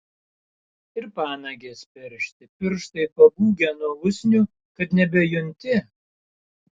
ir panagės peršti pirštai pabūgę nuo usnių kad nebejunti